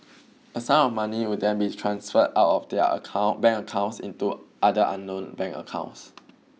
a sum of money would then be transferred out of their account bank accounts into other unknown bank accounts